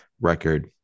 record